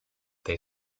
they